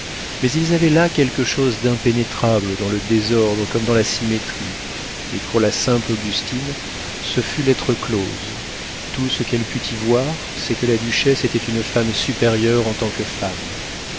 mais il y avait là quelque chose d'impénétrable dans le désordre comme dans la symétrie et pour la simple augustine ce fut lettres closes tout ce qu'elle y put voir c'est que la duchesse était une femme supérieure en tant que femme